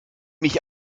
mich